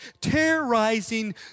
terrorizing